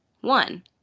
One